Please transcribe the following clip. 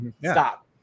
stop